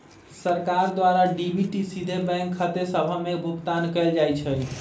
सरकार द्वारा डी.बी.टी सीधे बैंक खते सभ में भुगतान कयल जाइ छइ